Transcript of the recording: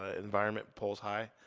ah environment falls high.